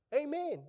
Amen